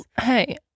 hey